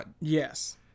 Yes